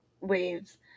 waves